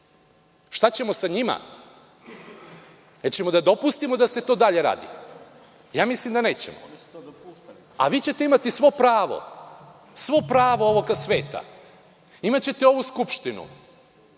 Šta ćemo sa njima? Hoćemo li da dopustimo da se to dalje radi? Mislim da nećemo. Vi ćete imati svo pravo ovog sveta, imaćete ovu Skupštinu,